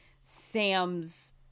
Sam's